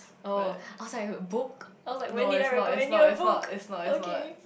oh I was like a book oh but when did I recommend you a book okay